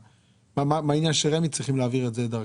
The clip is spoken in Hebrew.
למה רמ"י צריך להעביר את זה דרכם?